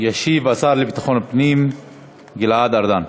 ישיב השר לביטחון הפנים גלעד ארדן.